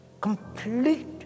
complete